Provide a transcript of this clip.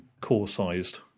core-sized